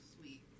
Sweet